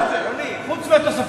גם, חוץ מהתוספות.